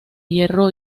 hierro